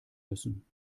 müssen